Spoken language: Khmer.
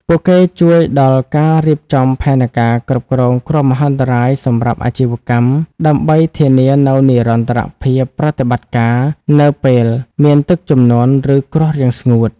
ពួកគេជួយដល់ការរៀបចំផែនការគ្រប់គ្រងគ្រោះមហន្តរាយសម្រាប់អាជីវកម្ម ដើម្បីធានានូវនិរន្តរភាពប្រតិបត្តិការ នៅពេលមានទឹកជំនន់ ឬគ្រោះរាំងស្ងួត។